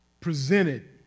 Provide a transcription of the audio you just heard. presented